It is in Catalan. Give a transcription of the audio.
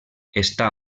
està